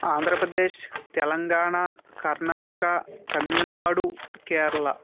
Andhra Pradesh Telangana Karnataka Tamil Nadu Kerala